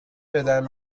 بدن